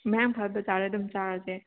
ꯃꯌꯥꯝ ꯍꯥꯏꯕꯗꯣ ꯌꯥꯔꯦ ꯑꯗꯨꯝ ꯆꯥꯔꯁꯦ